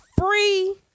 free